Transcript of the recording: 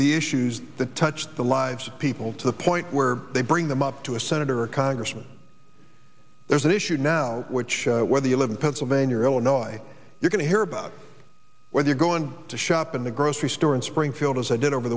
the issues that touch the lives of people to the point where they bring them up to a senator or congressman there's an issue now which whether you live in pennsylvania or illinois you're going to hear about whether you're going to shop in the grocery store in springfield as i did over